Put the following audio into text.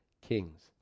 kings